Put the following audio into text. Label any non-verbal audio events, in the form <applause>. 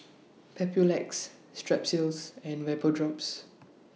<noise> Papulex Strepsils and Vapodrops